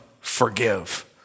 forgive